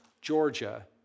Georgia